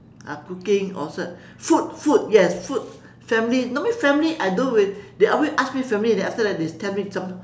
uh cooking all sort food food yes food family normally family I don't we they always ask me family then after that they tell me some